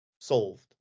solved